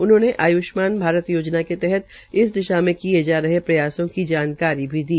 उन्होंने आय्ष्मान भारत योजना के तहत इस दिशा के किये जा रहे प्रयासों की जानकारी भी दी